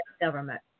Government